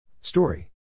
Story